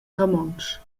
romontsch